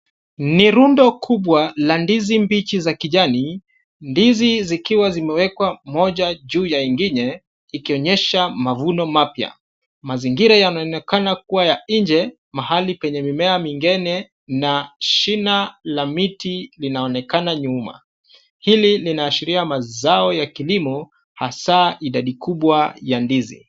Ni rundo kubwa la ndizi mbichi za kijani, ndizi zikiwa zimewekwa moja juu ya ingine ikionyesha mavuno mapya. Mazingira yanaonekana kuwa ya nje mahali penye mimea mengine na shina la miti linaonekana nyuma. Hili linaashiria mazao ya kilimo hasa idadi kubwa ya ndizi.